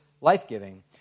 life-giving